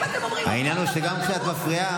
האמת היא שגם כשאת מפריעה,